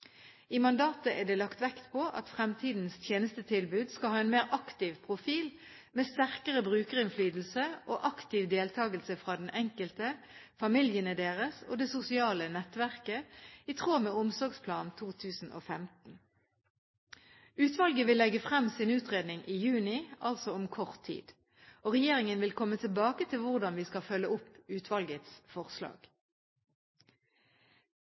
mandatet er det lagt vekt på at fremtidens tjenestetilbud skal ha en mer aktiv profil med sterkere brukerinnflytelse og aktiv deltakelse fra den enkelte, familiene deres og det sosiale nettverket – i tråd med Omsorgsplan 2015. Utvalget vil legge frem sin utredning i juni – altså om kort tid. Regjeringen vil komme tilbake til hvordan vi skal følge opp utvalgets forslag.